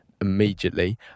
immediately